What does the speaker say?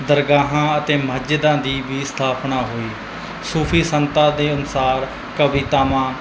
ਦਰਗਾਹਾਂ ਅਤੇ ਮਸਜਿਦਾਂ ਦੀ ਵੀ ਸਥਾਪਨਾ ਹੋਈ ਸੂਫੀ ਸੰਤਾਂ ਦੇ ਅਨੁਸਾਰ ਕਵਿਤਾਵਾਂ